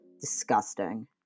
Disgusting